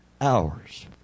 hours